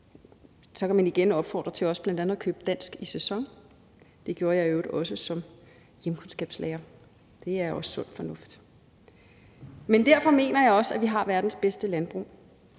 Så kan man igen opfordre til også bl.a. at købe dansk i sæson. Det gjorde jeg i øvrigt også som hjemkundskabslærer, og det er også sund fornuft. Men derfor mener jeg også, at vi har verdens bedste landbrug,